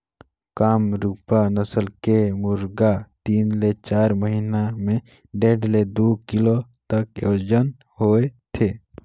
कामरूप नसल के मुरगा तीन ले चार महिना में डेढ़ ले दू किलो तक ओजन होथे